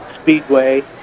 Speedway